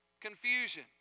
confusion